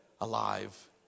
alive